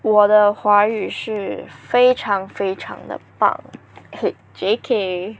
我的华语是非常非常的棒 J_K